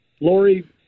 Lori